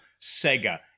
Sega